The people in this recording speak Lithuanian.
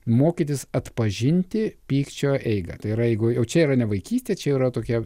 mokytis atpažinti pykčio eigą tai yra jeigu jau čia yra ne vaikystė čia yra tokia